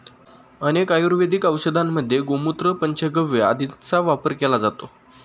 अनेक आयुर्वेदिक औषधांमध्ये गोमूत्र, पंचगव्य आदींचा वापर केला जातो